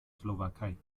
slowakei